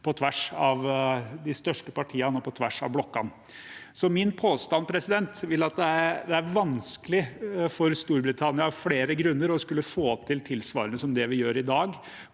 på tvers av de største partiene og på tvers av blokkene. Min påstand er at det av flere grunner er vanskelig for Storbritannia å skulle få til tilsvarende som det vi gjør i dag,